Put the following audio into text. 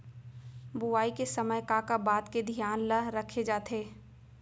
बुआई के समय का का बात के धियान ल रखे जाथे?